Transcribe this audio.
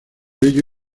ello